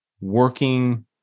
working